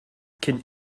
cyn